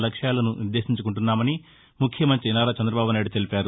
లక్ష్యాలను నిర్దేశించుకుంటున్నామని ముఖ్యమంతి నారా చంద్రబాబునాయుడు తెలిపారు